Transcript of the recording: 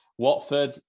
Watford